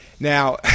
Now